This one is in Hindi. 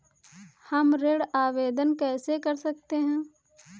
हम ऋण आवेदन कैसे कर सकते हैं?